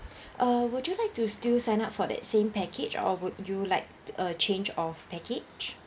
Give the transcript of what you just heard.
uh would you like to still sign up for that same package or would you like a change of package